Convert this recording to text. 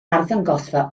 arddangosfa